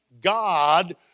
God